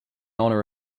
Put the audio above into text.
honor